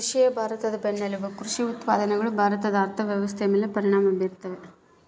ಕೃಷಿಯೇ ಭಾರತದ ಬೆನ್ನೆಲುಬು ಕೃಷಿ ಉತ್ಪಾದನೆಗಳು ಭಾರತದ ಅರ್ಥವ್ಯವಸ್ಥೆಯ ಮೇಲೆ ಪರಿಣಾಮ ಬೀರ್ತದ